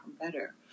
better